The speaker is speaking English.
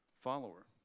follower